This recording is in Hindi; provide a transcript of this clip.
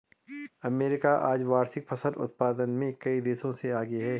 अमेरिका आज वार्षिक फसल उत्पादन में कई देशों से आगे है